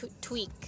tweak